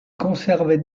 conservait